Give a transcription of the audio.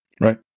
right